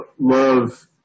love